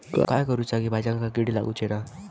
काय करूचा जेणेकी भाजायेंका किडे लागाचे नाय?